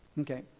Okay